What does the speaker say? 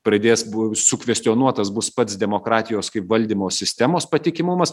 pradės bu sukvestionuotas bus pats demokratijos kaip valdymo sistemos patikimumas